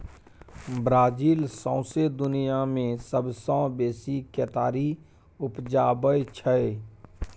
Brazil सौंसे दुनियाँ मे सबसँ बेसी केतारी उपजाबै छै